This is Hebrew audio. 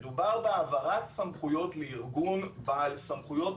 מדובר בהעברת סמכויות לארגון בעל סמכויות